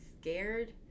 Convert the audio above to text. scared